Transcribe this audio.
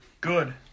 Good